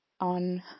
on